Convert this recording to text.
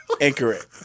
incorrect